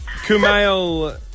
Kumail